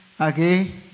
Okay